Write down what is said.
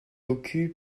cocu